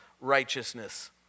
righteousness